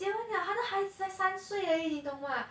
结婚 liao 他的孩子现在三岁你懂吗